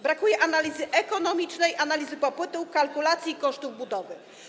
Brakuje analizy ekonomicznej, analizy popytu, kalkulacji kosztów budowy.